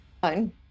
Fine